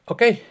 Okay